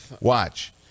watch